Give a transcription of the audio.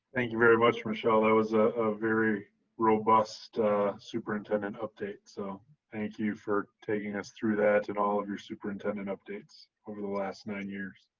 thank you very much, michelle. that was a ah very robust superintendent update, so thank you for taking us through that and all of your superintendent updates over the last nine years.